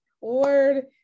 word